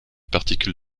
particules